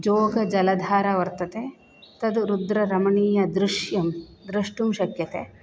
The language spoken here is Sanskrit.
जोगजलधारा वर्तते तत् रुद्ररमणीयदृश्यं द्रष्टुं शक्यते